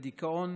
בדיכאון,